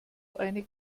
eine